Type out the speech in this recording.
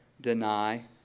deny